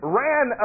ran